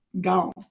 Gone